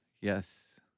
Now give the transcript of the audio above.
Yes